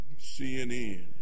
CNN